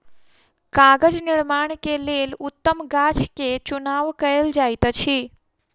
कागज़ निर्माण के लेल उत्तम गाछ के चुनाव कयल जाइत अछि